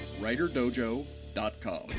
writerdojo.com